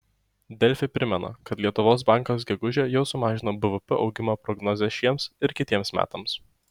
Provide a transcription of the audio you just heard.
delfi primena kad lietuvos bankas gegužę jau sumažino bvp augimo prognozę šiems ir kitiems metams